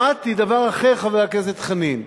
שמעתי דבר אחר, חבר הכנסת חנין,